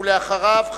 ואחריו,